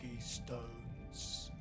stones